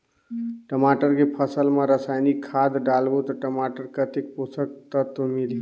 टमाटर के फसल मा रसायनिक खाद डालबो ता टमाटर कतेक पोषक तत्व मिलही?